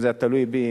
אם זה היה תלוי בי,